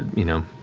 you know,